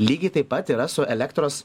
lygiai taip pat yra su elektros